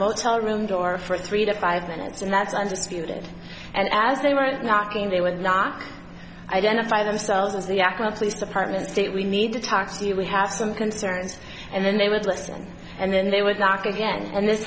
motel room door for three to five minutes and that's undisputed and as they weren't knocking they would not identify themselves as the act of police department state we need to talk to you we had some concerns and then they would listen and then they would knock again and this